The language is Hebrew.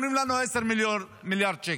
אומרים לנו: 10 מיליארד שקל.